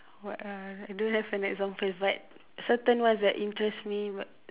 what ah I don't have an example but certain ones that interest me but